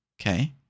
okay